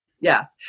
Yes